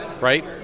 right